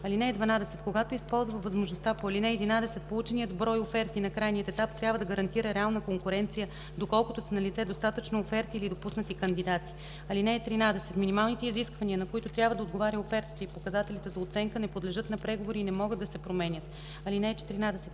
(12) Когато използва възможността по ал. 11 полученият брой оферти на крайния етап трябва да гарантира реална конкуренция, доколкото са налице достатъчно оферти или допуснати кандидати. (13) Минималните изисквания, на които трябва да отговаря офертата, и показателите за оценка не подлежат на преговори и не могат да се променят. (14)